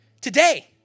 Today